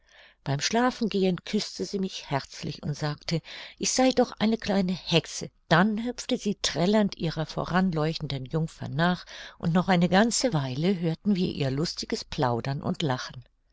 beim schlafengehen küßte sie mich herzlich und sagte ich sei doch eine kleine hexe dann hüpfte sie trällernd ihrer voranleuchtenden jungfer nach und noch eine ganze weile hörten wir ihr lustiges plaudern und lachen